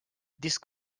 disk